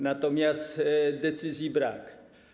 Natomiast decyzji brak.